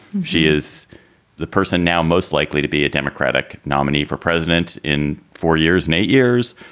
she is the person now most likely to be a democratic nominee for president in four years and eight years,